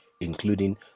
including